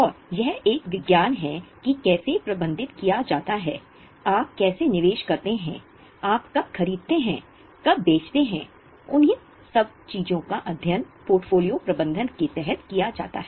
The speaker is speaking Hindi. और यह एक विज्ञान है कि कैसे प्रबंधित किया जाता है आप कैसे निवेश करते हैं आप कब खरीदते हैं कब बेचते हैं उन सभी चीजों का अध्ययन पोर्टफोलियो प्रबंधन के तहत किया जाता है